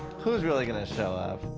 whose really gonna show up?